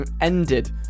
ended